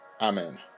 Amen